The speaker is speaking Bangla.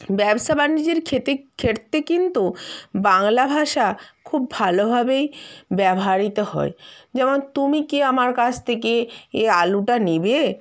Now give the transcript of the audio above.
ব্যবসা বাণিজ্যের খেতে খের্তে কিন্তু বাংলা ভাষা খুব ভালোভাবেই ব্যব্হারিত হয় যেমন তুমি কি আমার কাছ থেকে এ আলুটা নেবে